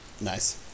nice